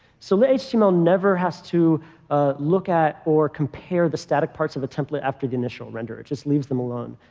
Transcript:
so lit-html never has to look at or compare the static parts of a template after the initial render. it just leaves them alone.